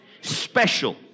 special